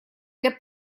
для